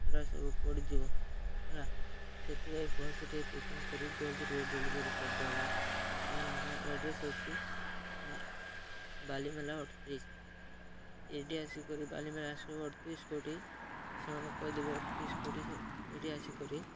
ସେଟା ସବୁ ପଡ଼ିଯିବ ହେଲା ସେଥିପାଇଁ ଭଲ ସେଠିକେ ପ୍ୟାକିଂ କରି ଜଲ୍ଦି ଟିକେ ଡେଲିଭରି କରିଦିଅ ଆମ ଘରେ ହେଲା ଆମ ଆଡ୍ରେସ୍ ହେଉଛି ବାଲି ମେଲା ଅଠତିରିଶ ଏଇଠି ଆସିକରି ବାଲିମେଲା ଆସିବ ଅଠତିରିଶ କେଉଁଠି ସେମାନେ କହିଦେବେ ଅଠତିରିଶ କେଉଁଠି ସେଇଠି ଆସିକରି